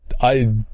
I-